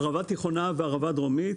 ערבה תיכונה וערבה דרומית,